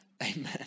Amen